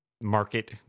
market